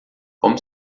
como